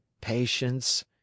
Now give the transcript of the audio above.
Patience